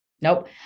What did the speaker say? Nope